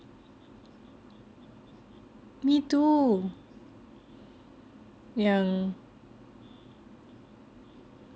me too yang